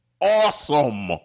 awesome